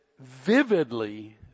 vividly